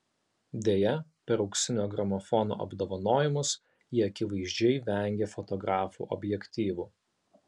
deja per auksinio gramofono apdovanojimus ji akivaizdžiai vengė fotografų objektyvų